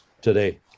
today